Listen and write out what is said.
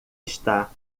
está